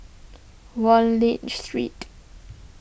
Wallich Street